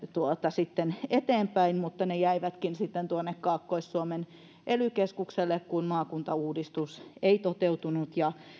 sitten eteenpäin mutta ne jäivätkin sitten tuonne kaakkois suomen ely keskukselle kun maakuntauudistus ei toteutunut ja